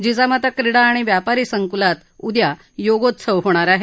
जिजामाता क्रीडा आणि व्यापारी संकूलात उद्या योगोत्सव होणार आहे